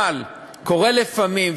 אבל קורה לפעמים,